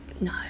No